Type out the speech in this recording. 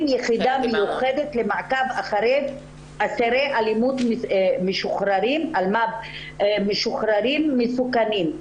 במשטרה יחידה מיוחדת למעקב אחרי אסירי אלמ"ב משוחררים מסוכנים.